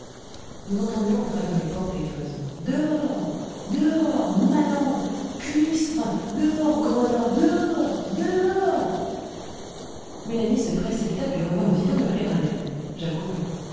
nous entendions à travers les portes et les cloisons dehors dehors manants cuistres dehors gredins dehors dehors mélanie se précipita puis revint aussitôt m'appeler à l'aide